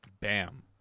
Bam